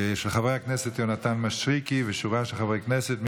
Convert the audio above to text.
של חבר הכנסת מישרקי ושורה של חברי הכנסת.